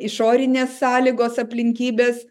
išorinės sąlygos aplinkybės